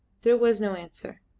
there was no answer.